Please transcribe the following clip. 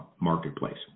marketplace